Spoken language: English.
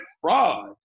fraud